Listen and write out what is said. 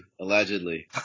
allegedly